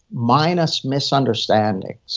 minus misunderstanding,